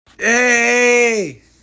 Hey